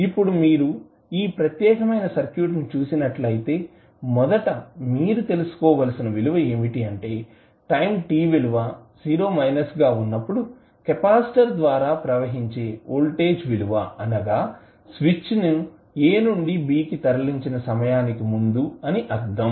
ఇప్పుడు మీరు ఈ ప్రత్యేకమైన సర్క్యూట్ను చూసినట్లయితే మొదట మీరు తెలుసుకోవలసిన విలువ ఏమిటంటే టైం t విలువ గా వున్నప్పుడు కెపాసిటర్ కు అప్లై చేయబడిన ఓల్టేజ్ విలువ అనగా స్విచ్ ని a నుండి b కి తరలించిన సమయానికి ముందు అని అర్ధం